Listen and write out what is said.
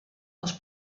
els